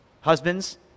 Husbands